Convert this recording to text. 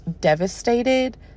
Devastated